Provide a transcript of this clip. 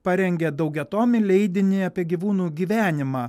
parengė daugiatomį leidinį apie gyvūnų gyvenimą